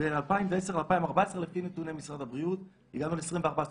בין 2010 ל-2014 לפי נתוני משרד הבריאות הגענו ל-24,